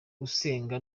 usenga